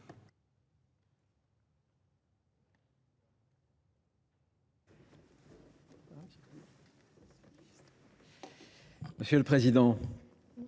Monsieur le Président,